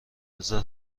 بزار